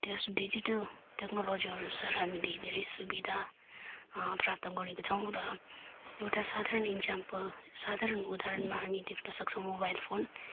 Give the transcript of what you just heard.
त्यस डिजिटल टेक्नोलोजीहरू सरह हामीले धेरै सुविधा प्राप्त गरेको छौँ र एउटा साधारण इक्जाम्पल साधारण उदाहरणमा हामी देख्नसक्छौँ मोबाइल फोन